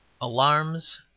Alarms